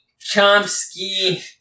Chomsky